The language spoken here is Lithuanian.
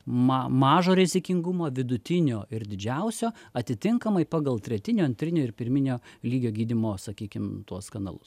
ma mažo rizikingumo vidutinio ir didžiausio atitinkamai pagal tretinio antrinio ir pirminio lygio gydymo sakykim tuos kanalus